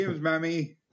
mammy